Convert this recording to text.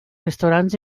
restaurants